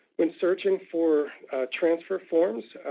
when searching for transfer forms,